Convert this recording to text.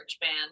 band